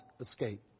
escape